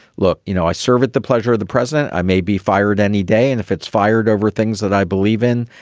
look, you know, i serve at the pleasure of the president. i may be fired any day. and if it's fired over things that i believe in,